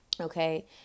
okay